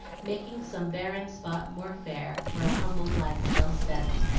making some barren spot more fair, for a humble life well spent.